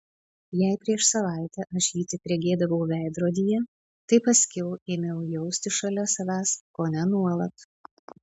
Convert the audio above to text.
jei prieš savaitę aš jį tik regėdavau veidrodyje tai paskiau ėmiau jausti šalia savęs kone nuolat